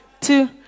two